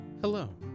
Hello